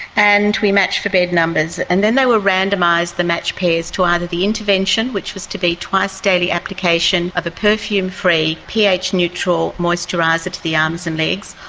and we matched for bed numbers. and then they were randomised, the matched pairs, to either the intervention, which was to be twice-daily application of a perfume-free, ph neutral moisturiser to the arms and legs,